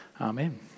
Amen